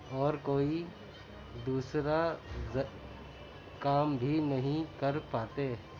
اور کوئی دوسرا کام بھی نہیں کر پاتے